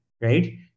right